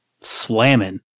slamming